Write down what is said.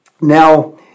now